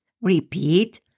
Repeat